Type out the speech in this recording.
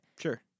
Sure